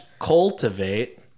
cultivate